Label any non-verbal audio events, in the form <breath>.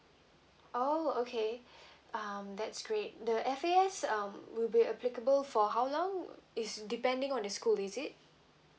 oh okay <breath> um that's great the F_A_S um will be applicable for how long it's depending on the school is it